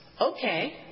Okay